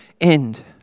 end